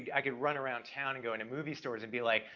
i could run around town and go into movie stores and be like,